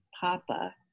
Papa